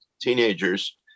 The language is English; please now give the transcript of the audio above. teenagers